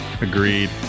Agreed